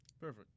perfect